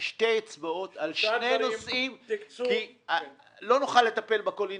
שתי אצבעות על שני נושאים כי לא נוכל לטפל בכל.